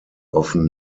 often